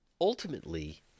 ultimately